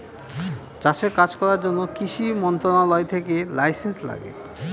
চাষের কাজ করার জন্য কৃষি মন্ত্রণালয় থেকে লাইসেন্স লাগে